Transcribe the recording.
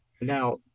Now